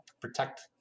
protect